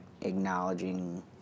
acknowledging